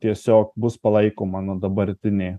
tiesiog bus palaikoma na dabartinė